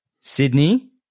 Sydney